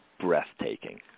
Breathtaking